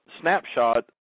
snapshot